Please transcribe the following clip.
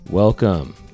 Welcome